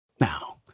Now